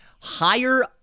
higher